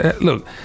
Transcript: look